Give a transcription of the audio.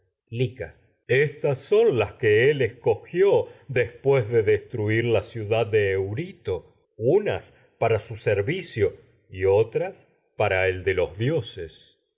me éstas ciudad las que él escogió después de des para su la de eurito unas servicio y otras para el de los dioses